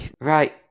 Right